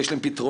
יש להם פתרונות.